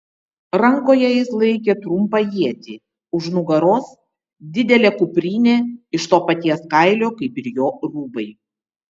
rankoje jis laikė trumpą ietį už nugaros didelė kuprinė iš to paties kailio kaip ir jo rūbai